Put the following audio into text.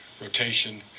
rotation